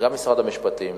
גם משרד המשפטים